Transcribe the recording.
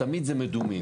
תמיד זה מדומים.